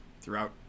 throughout